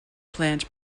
plant